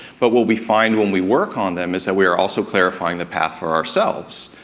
but what we find when we work on them is that we are also clarifying the path for ourselves,